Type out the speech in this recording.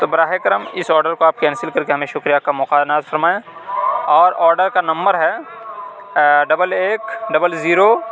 تو براہ کرم اس آڈر کو آپ کینسل کر کے ہمیں شکریہ کا موقع عنایت فرمائیں اور آڈر کا نمبر ہے ڈبل ایک ڈبل زیرو